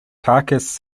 caucus